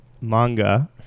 manga